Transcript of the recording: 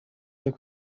cyo